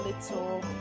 little